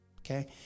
okay